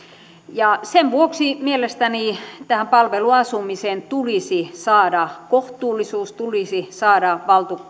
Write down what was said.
sen vuoksi mielestäni tähän palveluasumiseen tulisi saada kohtuullisuus tulisi saada